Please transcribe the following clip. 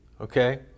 okay